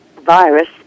virus